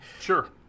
Sure